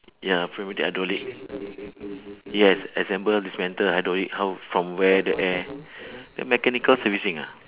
ya prismatic hydraulic yes assemble dismantle hydraulic how from where the air ya mechanical servicing ah